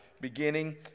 beginning